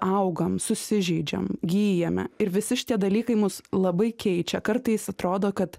augam susižeidžiam gyjame ir visi šitie dalykai mus labai keičia kartais atrodo kad